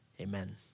Amen